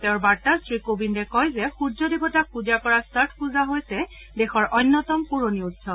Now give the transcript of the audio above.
তেওঁৰ বাৰ্তাত শ্ৰীকোবিন্দে কয় যে সূৰ্য দেৱতাক পূজা কৰা ছথ পূজা হৈছে দেশৰ অন্যতম পূৰণি উৎসৱ